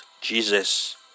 Jesus